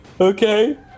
Okay